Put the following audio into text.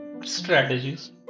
strategies